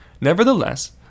Nevertheless